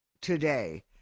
today